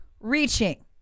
reaching